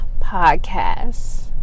podcast